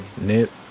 Nip